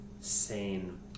sane